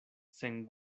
sen